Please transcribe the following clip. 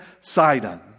Sidon